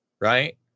right